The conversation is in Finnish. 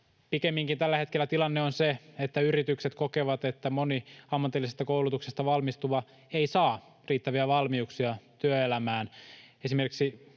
Pikemminkin tällä hetkellä tilanne on se, että yritykset kokevat, että moni ammatillisesta koulutuksesta valmistuva ei saa riittäviä valmiuksia työelämään.